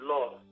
Lord